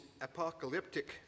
apocalyptic